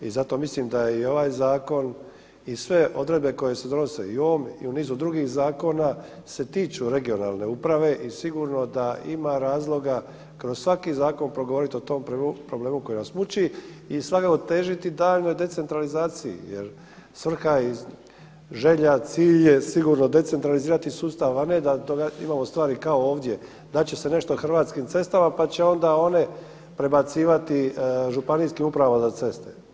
I zato mislim da je i ovaj zakon i sve odredbe koje se donose i u ovom i u nizu drugih zakona se tiču regionalne uprave i sigurno da ima razloga kroz svaki zakon progovoriti o tom problemu koji nas muči i svakako težiti daljnjoj decentralizaciji jer svrha i želja, cilj je sigurno decentralizirati sustav a ne da imamo stvari kao ovdje, dati će se nešto Hrvatskim cestama pa će onda one prebacivati Županijskim upravama za ceste.